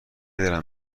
دلم